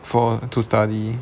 for to study